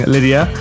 Lydia